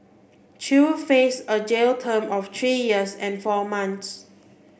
chew faces a jail term of three years and four months